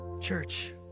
Church